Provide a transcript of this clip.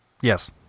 yes